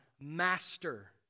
master